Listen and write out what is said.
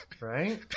Right